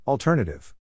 Alternative